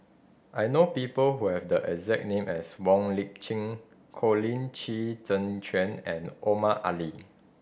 I know people who have the exact name as Wong Lip Chin Colin Qi Zhe Quan and Omar Ali